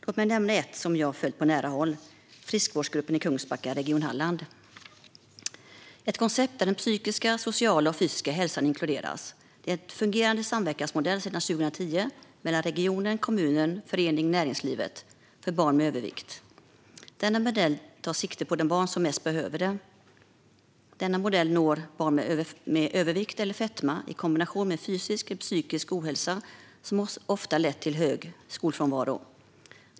Låt mig nämna ett som jag följt på nära håll, friskvårdsgruppen i Kungsbacka i Region Halland. Det är ett koncept där den psykiska, sociala och fysiska hälsan inkluderas. Det är en fungerande samverkansmodell sedan 2010 mellan regionen, kommunen och förenings och näringslivet för barn med övervikt. Denna modell tar sikte på de barn som mest behöver det. Modellen når barn med övervikt eller fetma i kombination med fysisk eller psykisk ohälsa som ofta lett till hög skolfrånvaro.